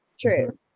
True